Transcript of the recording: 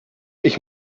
ich